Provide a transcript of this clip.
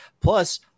Plus